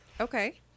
okay